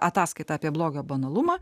ataskaita apie blogio banalumą